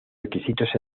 requisitos